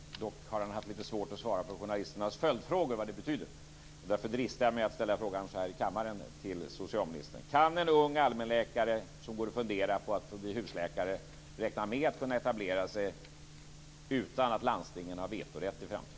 Dock har han haft lite svårt att svara på journalisternas följdfrågor vad det betyder. Därför dristar jag mig att i kammaren ställa frågan till socialministern så här: Kan en ung allmänläkare som går och funderar på att bli husläkare räkna med att kunna etablera sig utan att landstingen har vetorätt i framtiden?